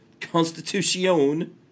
Constitution